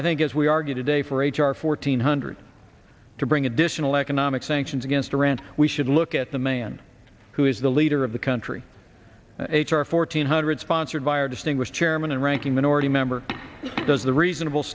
i think as we argue today for h r four hundred to bring additional economic sanctions against iran we should look at the man who is the leader of the country h r four thousand eight hundred sponsored by or distinguished chairman and ranking minority member does the reasonable